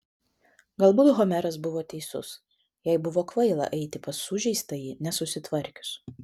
galbūt homeras buvo teisus jai buvo kvaila eiti pas sužeistąjį nesusitvarkius